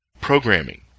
programming